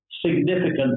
significant